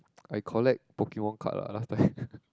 I collect Pokemon card lah last time